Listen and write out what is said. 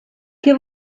què